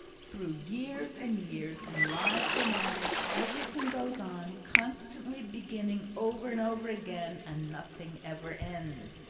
through years and years, and lives and lives, everything goes on, constantly beginning over and over again, and nothing ever ends.